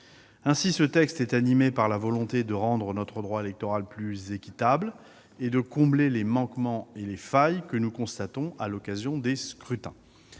Ainsi, ces textes sont animés par la volonté de rendre notre droit électoral plus équitable et de combler les manquements et les failles que nous constatons à l'occasion des scrutins.